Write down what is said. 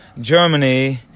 Germany